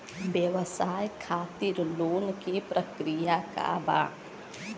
व्यवसाय खातीर लोन के प्रक्रिया का बा?